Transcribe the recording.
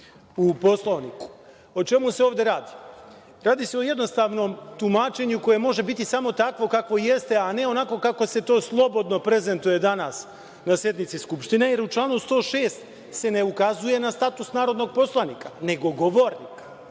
u Poslovniku. O čemu se ovde radi? Radi se o jednostavnom tumačenju koje može biti samo takvo kakvo jeste, a ne onako kako se to slobodno prezentuje danas na sednici Skupštine, jer u članu 106. se ne ukazuje na status narodnog poslanika, nego govornika.